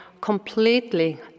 completely